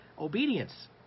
Obedience